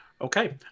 Okay